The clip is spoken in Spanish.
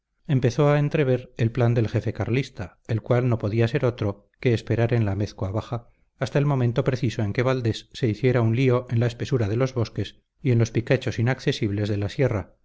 empezó a entrever el plan del jefe carlista el cual no podía ser otro que esperar en la amézcoa baja hasta el momento preciso en que valdés se hiciera un lío en la espesura de los bosques y en los picachos inaccesibles de la sierra